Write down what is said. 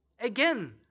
again